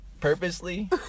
purposely